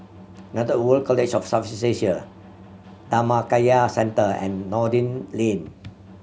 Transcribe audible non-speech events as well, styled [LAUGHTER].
[UNINTELLIGIBLE] World College of [UNINTELLIGIBLE] Asia Dhammakaya Centre and Noordin Lane